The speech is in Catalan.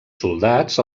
soldats